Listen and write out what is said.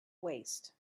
waste